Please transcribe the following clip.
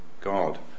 God